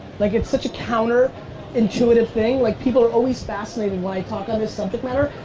like it's such a counter intuitive thing. like people are always fascinated why i talk on this subject matter.